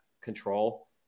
control